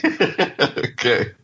Okay